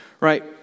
right